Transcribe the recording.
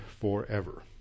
forever